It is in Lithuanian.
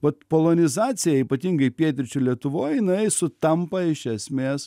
vat polonizacija ypatingai pietryčių lietuvoj jinai sutampa iš esmės